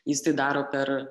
jis tai daro per